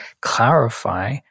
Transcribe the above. clarify